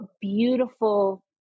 beautiful